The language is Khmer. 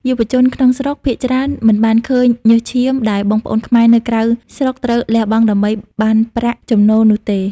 យុវជនក្នុងស្រុកភាគច្រើនមិនបានឃើញ "ញើសឈាម" ដែលបងប្អូនខ្មែរនៅក្រៅស្រុកត្រូវលះបង់ដើម្បីបានប្រាក់ចំណូលនោះទេ។